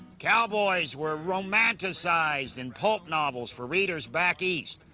cowboys were romanticised in pulp novels for readers back east,